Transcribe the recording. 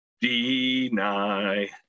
deny